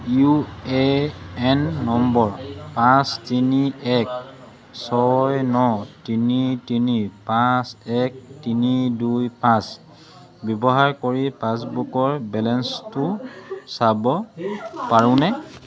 U A N নম্বৰ পাঁচ তিনি এক ছয় ন তিনি তিনি পাঁচ এক তিনি দুই পাঁচ ব্যৱহাৰ কৰি পাছবুকৰ বেলেঞ্চটো চাব পাৰোঁনে